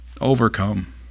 overcome